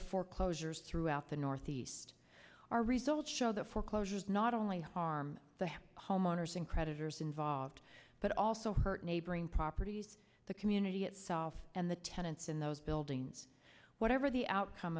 the foreclosures throughout the northeast our results show that foreclosures not only harm the homeowners in creditors involved but also hurt neighboring properties the community itself and the tenants in those buildings whatever the outcome